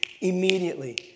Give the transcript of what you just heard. Immediately